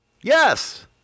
Yes